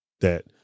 that-